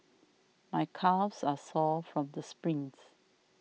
my calves are sore from all the sprints